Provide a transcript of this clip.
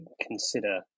consider